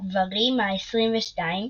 גברים ה־22,